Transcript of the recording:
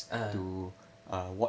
ah